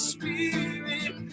Spirit